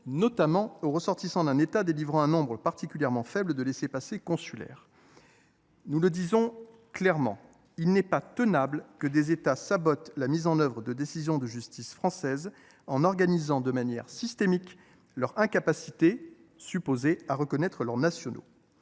notamment aux ressortissants d’un État délivrant un nombre particulièrement faible de laissez passer consulaires. Disons le clairement, il n’est pas tenable que des États sabotent la mise en œuvre de décisions de la justice française en organisant de manière systémique leur incapacité supposée à reconnaître leurs nationaux.